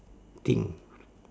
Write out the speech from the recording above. thing